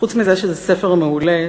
חוץ מזה שזה ספר מעולה,